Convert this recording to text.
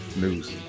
news